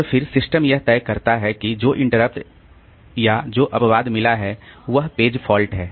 और फिर सिस्टम यह तय करता है कि जो इंटरप्ट या जो अपवाद मिला है वह पेज फॉल्ट है